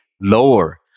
lower